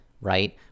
right